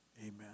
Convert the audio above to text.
amen